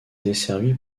desservie